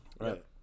Right